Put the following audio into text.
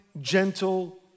gentle